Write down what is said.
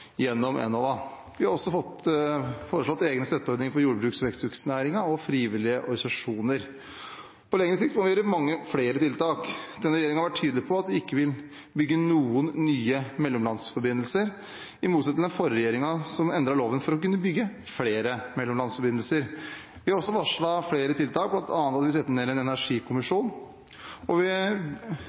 gjennom Enova. Vi har også foreslått egne støtteordninger for jordbruks- og veksthusnæringen og frivillige organisasjoner. På lengre sikt må vi ha mange flere tiltak. Denne regjeringen har vært tydelig på at vi ikke vil bygge noen nye mellomlandsforbindelser, i motsetning til den forrige regjeringen, som endret loven for å kunne bygge flere mellomlandsforbindelser. Vi har også varslet flere tiltak, bl.a. at vi setter ned en energikommisjon, og vi